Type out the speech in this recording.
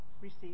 receive